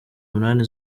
munani